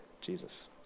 Jesus